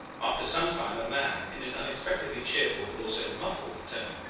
after some time a man in an unexpectedly cheerful but also muffled tone,